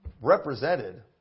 represented